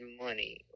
money